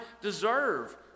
deserve